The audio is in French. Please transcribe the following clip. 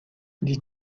les